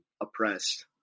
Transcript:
oppressed